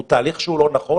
הוא תהליך שהוא לא נכון.